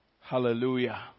Hallelujah